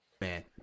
man